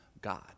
God